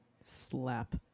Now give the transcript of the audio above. Slap